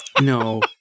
No